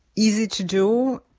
easy to do.